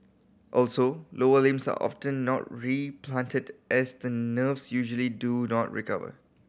also lower limbs are often not replanted as the nerves usually do not recover